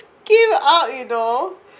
came out you know